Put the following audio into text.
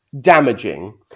damaging